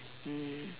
mm